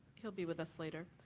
he'll be with us later.